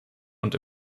und